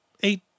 eight